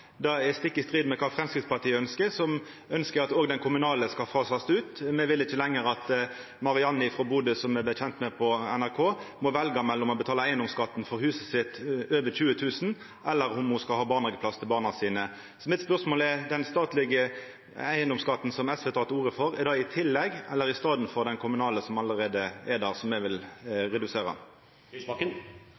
Det er stikk i strid med det Framstegspartiet ønskjer, som ønskjer at òg den kommunale skal fasast ut. Me vil ikkje lenger at Marianne frå Bodø, som eg vart kjend med på NRK, må velja mellom å betala eigedomsskatt for huset sitt – over 20 000 kr – og om ho skal ha barnehageplass til barna sine. Så spørsmålet mitt er: Den statlege eigedomsskatten som SV tek til orde for, er det i tillegg til eller i staden for den kommunale, som allereie er der, og som me vil redusera?